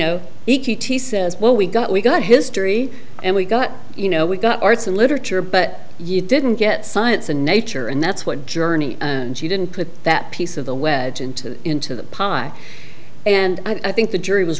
know e t t says well we got we got history and we got you know we got arts and literature but you didn't get science and nature and that's what journey and she didn't put that piece of the wedge into the into the pot and i think the jury was